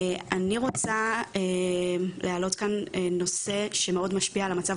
אני רוצה להעלות כאן נושא שמאוד משפיע על המצב